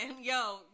yo